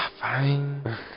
Fine